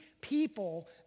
people